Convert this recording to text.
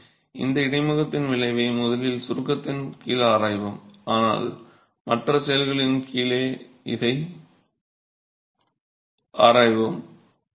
எனவே இந்த இடைமுகத்தின் விளைவை முதலில் சுருக்கத்தின் கீழ் ஆராய்வோம் ஆனால் மற்ற செயல்களின் கீழும் இதை ஆராய்வோம்